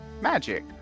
Magic